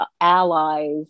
allies